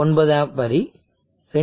9 amp வரி 2